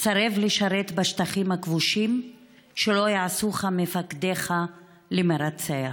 סרב לשרת בשטחים הכבושים שלא יעשוך מפקדיך למרצח"